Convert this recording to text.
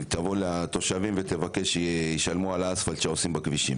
הוא יבוא לתושבים ויבקש שישלמו על האספלט שעושים בכבישים.